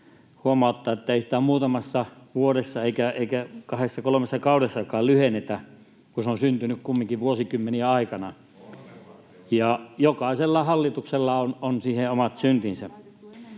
huomauttaa, että ei sitä muutamassa vuodessa eikä kahdessa kolmessa kaudessakaan lyhennetä, kun se on syntynyt kumminkin vuosikymmenien aikana, [Sheikki Laakson välihuuto] ja jokaisella hallituksella on siihen omat syntinsä.